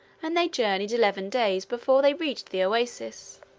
and they journeyed eleven days before they reached the oasis.